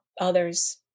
others